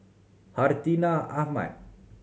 Hartinah Ahmad